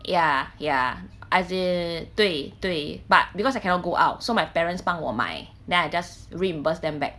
ya ya as in 对对 but because I cannot go out so my parents 帮我买 then I just reimburse them back